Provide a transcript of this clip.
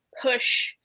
push